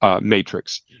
Matrix